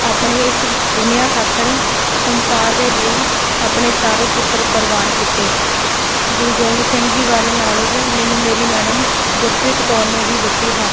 ਆਪਣੇ ਇਸ ਦੁਨੀਆਂ ਖਾਤਰ ਸੰਸਾਰ ਦੇ ਲਈ ਆਪਣੇ ਚਾਰ ਪੁੱਤਰ ਕੁਰਬਾਨ ਕੀਤੇ ਗੁਰੂ ਗੋਬਿੰਦ ਸਿੰਘ ਜੀ ਬਾਰੇ ਨੌਲੇਜ ਮੈਨੂੰ ਮੇਰੀ ਮੈਡਮ ਗੁਰਪ੍ਰੀਤ ਕੌਰ ਨੇ ਹੀ ਦਿੱਤੀ ਹੈ